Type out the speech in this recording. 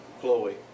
Chloe